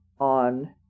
on